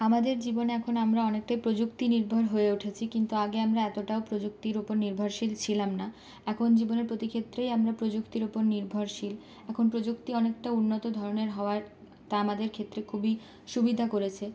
আমাদের জীবনে এখন আমরা অনেকটাই প্রযুক্তি নির্ভর হয়ে উঠেছি কিন্তু আগে আমরা এতটাও প্রযুক্তির ওপর নির্ভরশীল ছিলাম না এখন জীবনের প্রতি ক্ষেত্রেই আমরা প্রযুক্তির ওপর নির্ভরশীল এখন প্রযুক্তি অনেকটা উন্নত ধরনের হওয়ায় তা আমাদের ক্ষেত্রে খুবই সুবিধা করেছে